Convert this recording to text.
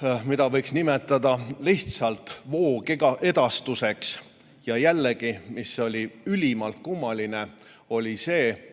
seda võiks nimetada lihtsalt voogedastuseks. Jällegi oli ülimalt kummaline, et